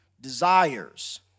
desires